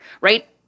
right